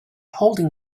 holding